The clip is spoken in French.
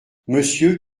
monsieur